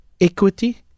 Equity